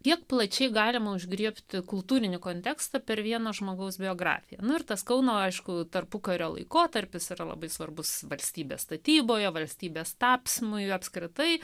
kiek plačiai galima užgriebti kultūrinį kontekstą per vieno žmogaus biografiją nortas kauno aišku tarpukario laikotarpis yra labai svarbus valstybės statyboje valstybės tapsmui apskritai